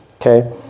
Okay